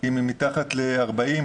אם היא מתחת ל-40,